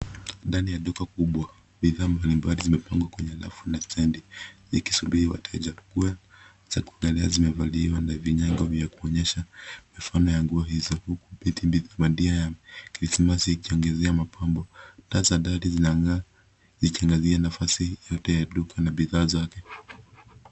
Ndani ya duka kubwa. Bidhaa mbalimbali zimepangwa kwenye rafu na stendi ikisubiri wateja. Ua za kugaa zimevaliwa na vinyago vya kuonyesha mifano ya nguo hizo, huku itibidhi bandia ya krismasi ikiongezea mapambo. Taa za dari zinang'aa zikiangazia nafasi yote ya duka na bidhaa zake.